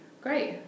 Great